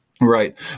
Right